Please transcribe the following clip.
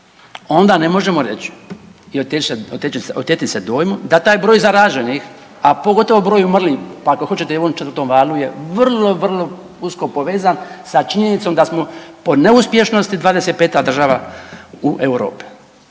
onda ne možemo reći i oteti se dojmu da taj broj zaraženih, a pogotovo broj umrlih pa ako hoćete i u ovom 4. valu je vrlo, vrlo usko povezan sa činjenicom da smo po neuspješnosti 25. država u Europi.